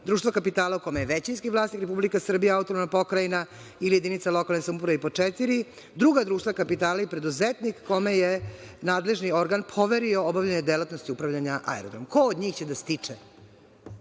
društvo kapitala u kome je većinski vlasnik Republika Srbija, autonomna pokrajina ili jedinica lokalne samouprave i pod četiri, druga društva kapitala i preduzetnik kome je nadležni organ poverio obavljanje delatnosti upravljanja aerodromom. Ko od njih će da stiče